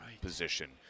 position